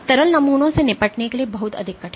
तरल नमूनों से निपटने के लिए बहुत अधिक कठिन हैं